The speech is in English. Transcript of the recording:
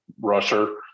rusher